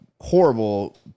horrible